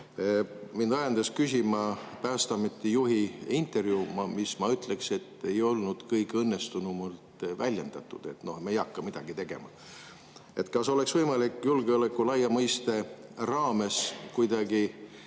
Mind ajendas küsima Päästeameti juhi intervjuu, kus, ma ütleksin, ei olnud kõige õnnestunumalt väljendatud, et me ei hakka midagi tegema. Kas oleks võimalik julgeoleku laia mõiste raames tekitada